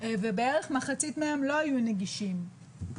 ובערך מחצית מהם לא היו נגישים.